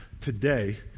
today